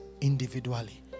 individually